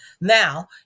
Now